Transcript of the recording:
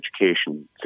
education